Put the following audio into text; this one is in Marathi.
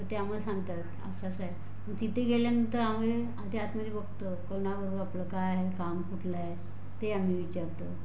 मग ते आम्हाला सांगतात असं असं आहे तिथे गेल्यानंतर आम्ही आधी आतमध्ये बघतो कोणाबरोबर आपलं काय काम कुठलं आहे ते आम्ही विचारतो